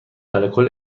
الکل